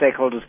stakeholders